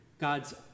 God's